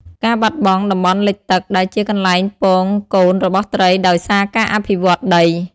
ការបាត់បង់ តំបន់លិចទឹក ដែលជាកន្លែងពងកូនរបស់ត្រីដោយសារការអភិវឌ្ឍដី។